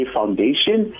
Foundation